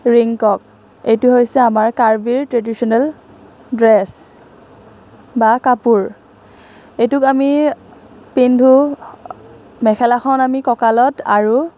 ৰিংকক এইটো হৈছে আমাৰ কাৰ্বিৰ ট্ৰেডিশ্যনেল ড্ৰেছ বা কাপোৰ এইটোক আমি পিন্ধো মেখেলাখন আমি কঁকালত আৰু